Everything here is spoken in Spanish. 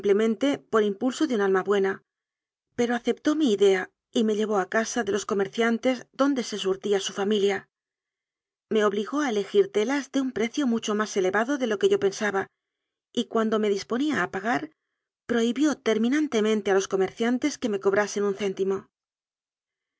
por impulso de'un alma buena pero aceptó mi idea y me llevó a casa de los comerciantes donde se sur tía su familia me obligó a elegir telas de un pre cio mucho más elevado de lo que yo pensaba y cuando me disponía a pagar prohibió terminante mente a los comerciantes que me cobrasen un cénmanon